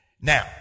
Now